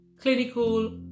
clinical